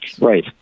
Right